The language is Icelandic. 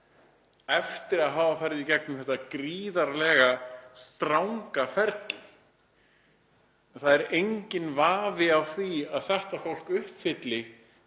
eftir að hafa farið í gegnum þetta gríðarlega stranga ferli. Það er enginn vafi á því að það fólk uppfyllir